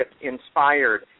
inspired